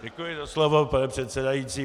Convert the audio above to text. Děkuji za slovo, pane předsedající.